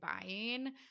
buying